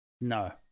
No